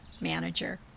manager